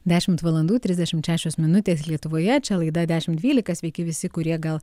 dešimt valandų trisdešimt šešios minutės lietuvoje čia laida dešimt dvylika sveiki visi kurie gal